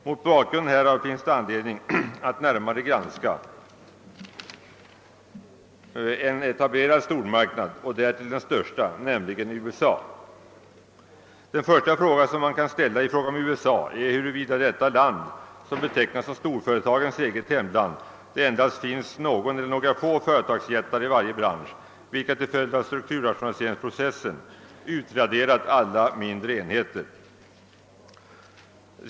Mot bakgrunden härav finns det anledning att närmare granska en etablerad stormarknad, och därtill den största, nämligen USA. Den första frågan man kan ställa beträffande USA är huruvida i detta land, som betraktas som storföretagens eget hemland, endast finns någon eller några få företagsjättar i varje bransch, vilka till följd av strukturrationaliseringsprocessen utraderat alla mindre enheter.